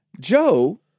Joe